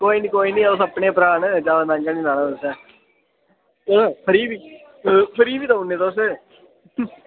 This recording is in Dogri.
कोई निं कोई निं तुस अपने भ्राऽ न जानना इ'यां बी जानना तुसें फ्री बी फ्री बी देई ओड़ने तुस